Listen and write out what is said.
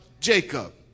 Jacob